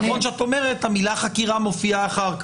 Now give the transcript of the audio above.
נכון שאת אומרת שהמילה חקירה מופיעה אחר כך.